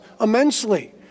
immensely